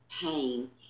pain